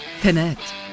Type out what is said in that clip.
Connect